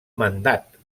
mandat